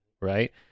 right